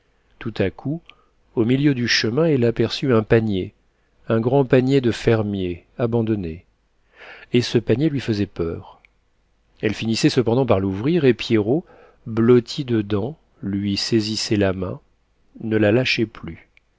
tout à coup au milieu du chemin elle aperçut un panier un grand panier de fermier abandonné et ce panier lui faisait peur elle finissait cependant par l'ouvrir et pierrot blotti dedans lui saisissait la main ne la lâchait plus